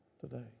today